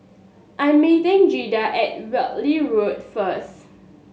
I am meeting Jaeda at Whitley Road first